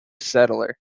settler